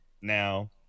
Now